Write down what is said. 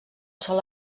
sol